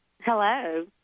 Hello